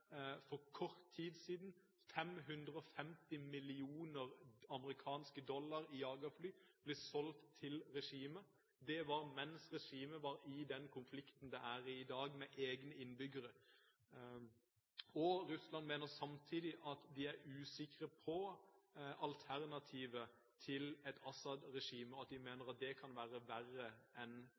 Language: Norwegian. kort tid siden ble jagerfly for 550 mill. amerikanske dollar solgt til regimet. Det var mens regimet var i den konflikten det er i i dag – med egne innbyggere. Russland sier samtidig at de er usikre på alternativet til et Assad-regime, og at de mener det kan være verre enn